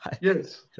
yes